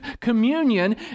communion